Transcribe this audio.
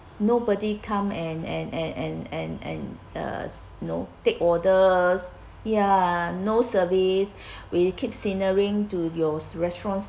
nobody come and and and and and and uh know take orders ya no service we keep signaling to your restaurant